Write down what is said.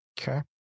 Okay